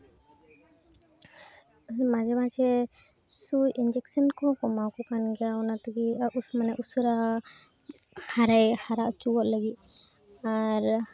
ᱢᱟᱡᱷᱮ ᱢᱟᱡᱷᱮ ᱥᱩᱭ ᱤᱧᱡᱤᱠᱥᱮᱱ ᱠᱚᱦᱚᱸ ᱠᱚ ᱮᱢᱟᱣᱟᱠᱚ ᱠᱟᱱ ᱜᱮᱭᱟ ᱚᱱᱟ ᱛᱮᱜᱮ ᱢᱟᱱᱮ ᱩᱥᱟᱹᱨᱟ ᱦᱟᱨᱟᱭ ᱦᱟᱨᱟ ᱚᱪᱚᱜᱚᱜ ᱞᱟᱹᱜᱤᱫ ᱟᱨ